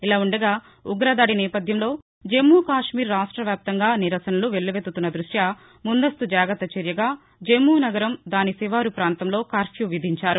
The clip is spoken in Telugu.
ఇలాపుండగా ఉగ్రదాడి నేపథ్యంలో జమ్మూ కాశ్మీర్ రాష్ట్రవ్యాప్తంగా నిరసనలు వెల్లువెత్తుతున్న దృష్ట్యా ముందుస్తు జాగ్రత్త చర్యగా జమ్మూ నగరం దాని శివారు పాంతంలో కర్న్యూ విధించారు